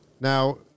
Now